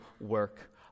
work